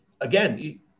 again